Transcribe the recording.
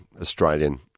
Australian